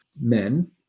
Men